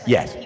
Yes